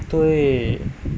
对